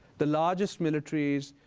the largest militaries,